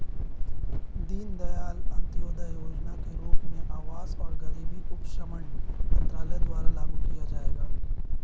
दीनदयाल अंत्योदय योजना के रूप में आवास और गरीबी उपशमन मंत्रालय द्वारा लागू किया जाएगा